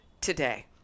today